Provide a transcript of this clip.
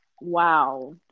Wow